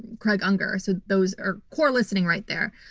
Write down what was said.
craig unger. so those are core listening right there.